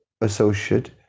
associate